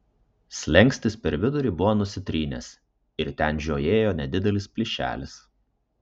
slenkstis per vidurį buvo nusitrynęs ir ten žiojėjo nedidelis plyšelis